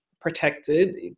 protected